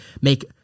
make